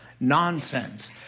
Nonsense